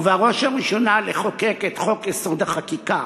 ובראש ובראשונה לחוקק את חוק-יסוד: החקיקה.